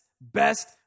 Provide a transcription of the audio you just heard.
best